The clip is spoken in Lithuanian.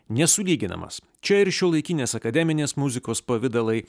nesulyginamas čia ir šiuolaikinės akademinės muzikos pavidalai